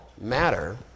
matter